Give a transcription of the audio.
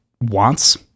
wants